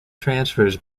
transfers